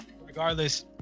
regardless